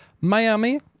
Miami